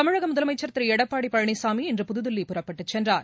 தமிழக முதலமைச்சர் திரு எடப்பாடி பழனிசாமி இன்று புதுதில்லி புறப்பட்டுச் சென்றார்